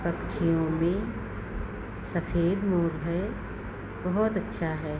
पक्षियों में सफेद मोर है बहुत अच्छा है